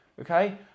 okay